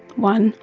one,